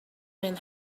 man